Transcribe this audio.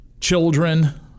children